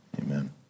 amen